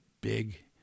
big